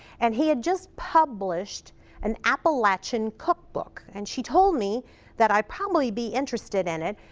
and he had just published an appalachian cookbook and she told me that i'd probably be interested in it.